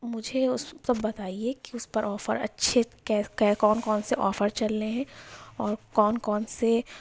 مجھے اس سب بتائیے کہ اس پر آفر اچھے کون کون سے آفر چل رہے ہیں اور کون کون سے